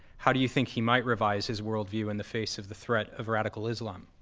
how do you think he might revise his worldview in the face of the threat of radical islam?